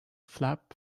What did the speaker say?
flap